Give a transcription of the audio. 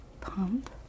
pump